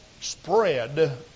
spread